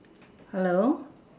hello